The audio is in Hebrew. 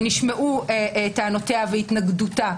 ונשמעו טענותיה והתנגדותה,